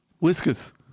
Whiskers